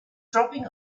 dropping